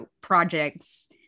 projects